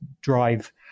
drive